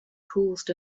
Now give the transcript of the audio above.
caused